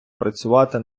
працювати